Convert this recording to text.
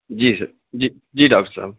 جی sir جی جی doctor صاحب